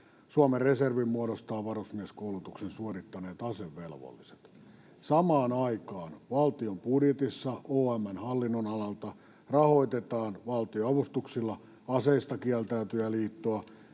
Suomen reservin muodostavat varusmieskoulutuksen suorittaneet asevelvolliset. Samaan aikaan valtion budjetissa OM:n hallinnonalalta rahoitetaan valtionavustuksilla Aseistakieltäytyjäliittoa,